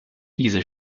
diese